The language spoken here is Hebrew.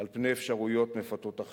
על פני אפשרויות מפתות אחרות.